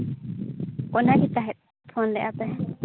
phone ᱟᱫᱮ ᱛᱟᱦᱮᱸᱜ phone ᱞᱮᱫᱼᱟ ᱯᱮ